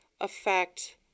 affect –